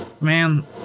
man